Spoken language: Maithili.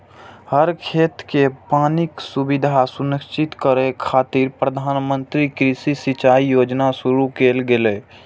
हर खेत कें पानिक सुविधा सुनिश्चित करै खातिर प्रधानमंत्री कृषि सिंचाइ योजना शुरू कैल गेलै